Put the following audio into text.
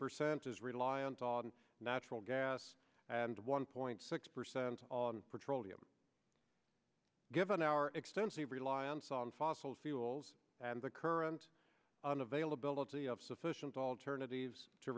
percent is reliant on natural gas and one point six percent on petroleum given our extensive reliance on fossil fuels and the current on availability of sufficient alternatives to